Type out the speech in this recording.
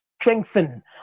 strengthen